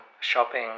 Shopping